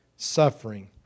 suffering